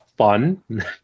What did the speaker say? fun